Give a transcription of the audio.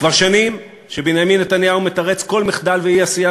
כבר שנים בנימין נתניהו מתרץ כל מחדל ואי-עשייה